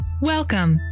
Welcome